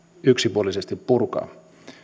yksipuolisesti purkaa